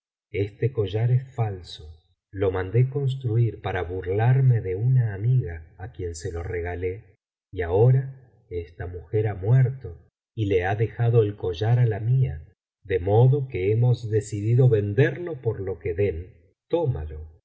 este collar es falso lo mandé construir para burlarme de una amiga á quien se lo regalé y ahora esta mujer ha muerto y le ha dejado el collar á la mía de modo que hemos decidido venderlo por lo que den tómalo